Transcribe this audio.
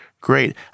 Great